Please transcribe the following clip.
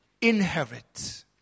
Inherit